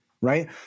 right